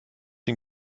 den